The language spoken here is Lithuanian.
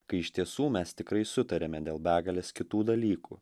kai iš tiesų mes tikrai sutariame dėl begalės kitų dalykų